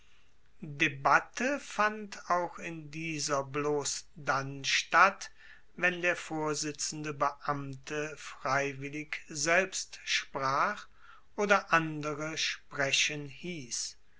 debatte fand auch in dieser bloss dann statt wenn der vorsitzende beamte freiwillig selbst sprach oder andere sprechen hiess